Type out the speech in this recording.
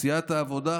סיעת העבודה,